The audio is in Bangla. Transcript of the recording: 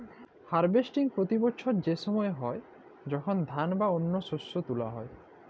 হার্ভেস্টিং পতি বসর সে সময় হ্যয় যখল ধাল বা অল্য শস্য তুলা হ্যয়